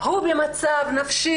הוא במצב נפשי,